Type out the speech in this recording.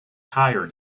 higher